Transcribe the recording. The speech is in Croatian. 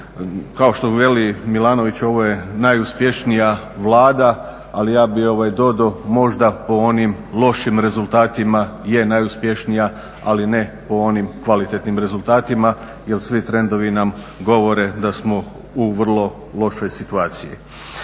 Kao što veli Milanović ovo je najuspješnija Vlada, ali ja bih dodao možda po onim lošim rezultatima je najuspješnija, ali ne po onim kvalitetnim rezultatima jer svi trendovi nam govore da smo u vrlo lošoj situaciji.